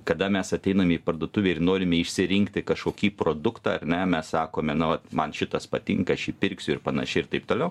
kada mes ateinam į parduotuvę ir norime išsirinkti kažkokį produktą ar ne mes sakome na vat man šitas patinka aš jį pirksiu ir panašiai ir taip toliau